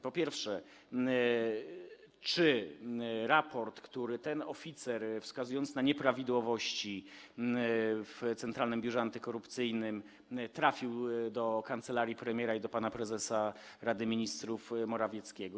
Po pierwsze, czy raport, w którym ten oficer wskazuje na nieprawidłowości w Centralnym Biurze Antykorupcyjnym, trafił do kancelarii premiera i do pana prezesa Rady Ministrów Morawieckiego?